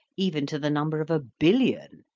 even to the number of a billion,